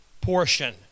portion